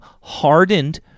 hardened